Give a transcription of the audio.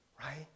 right